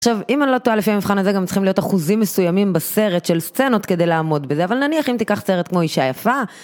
עכשיו אם אני לא טועה לפי המבחן הזה גם צריכים להיות אחוזים מסוימים בסרט של סצנות כדי לעמוד בזה, אבל נניח אם תיקח סרט כמו אישה יפה.